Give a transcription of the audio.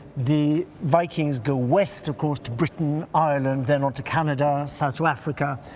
the vikings go west, of course, to britain, ireland then on to canada, south to africa,